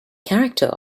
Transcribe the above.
character